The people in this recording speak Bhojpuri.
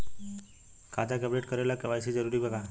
खाता के अपडेट करे ला के.वाइ.सी जरूरी बा का?